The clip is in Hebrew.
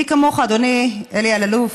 מי כמוך יודע, אדוני אלי אלאלוף,